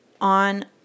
on